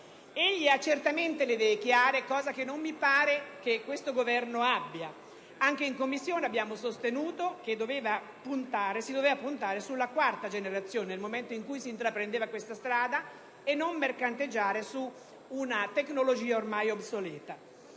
Egli ha certamente le idee chiare, cosa che non mi pare questo Governo abbia. Anche in Commissione abbiamo sostenuto che si doveva puntare sulla quarta generazione nel momento in cui si intraprendeva questa strada e non mercanteggiare su una tecnologia ormai obsoleta.